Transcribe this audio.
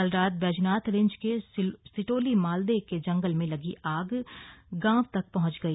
कल रात बैजनाथ रेंज के सिटोली मालदे के जंगल में लगी आग गांव तक पहंच गई